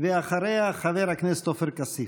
אחריה, חבר הכנסת עופר כסיף.